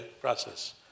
process